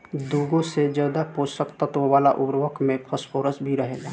दुगो से ज्यादा पोषक तत्व वाला उर्वरक में फॉस्फोरस भी रहेला